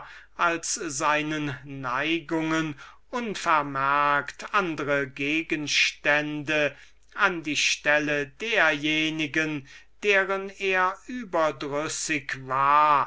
als seinen neigungen unvermerkt andre gegenstände an die stelle derjenigen deren er überdrüssig war